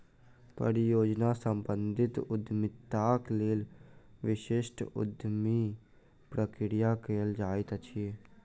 परियोजना सम्बंधित उद्यमिताक लेल विशिष्ट उद्यमी प्रक्रिया कयल जाइत अछि